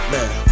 Man